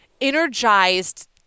energized